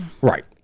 Right